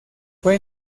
fue